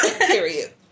Period